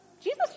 Jesus